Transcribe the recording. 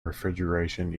refrigeration